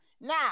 Now